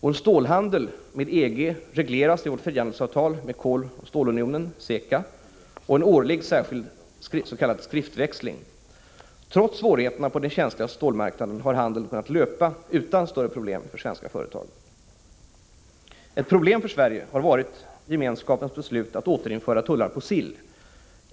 Vår stålhandel med EG regleras i vårt frihandelsavtal med koloch stålunionen och en årlig s.k. särskild skriftväxling. Trots svårigheterna på den känsliga stålmarknaden har handeln kunnat löpa utan större problem för svenska företag. Ett problem för Sverige har varit Gemenskapens beslut att återinföra tullar på sill.